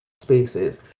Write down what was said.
spaces